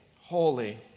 holy